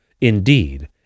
indeed